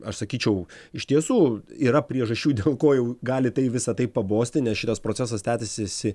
aš sakyčiau iš tiesų yra priežasčių dėl ko jau gali tai visa tai pabosti nes šitas procesas tęsiasi